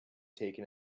taken